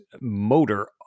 motor